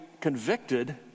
convicted